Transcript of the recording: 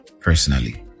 personally